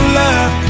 love